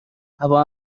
هوا